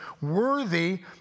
worthy